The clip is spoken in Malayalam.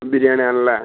ബിരിയാണിയാണല്ലേ